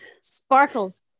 sparkles